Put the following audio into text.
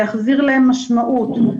להחזיר להם משמעות,